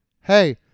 Hey